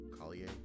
Collier